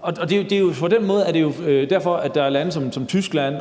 Og det er jo derfor, at der er lande som Tyskland,